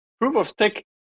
proof-of-stake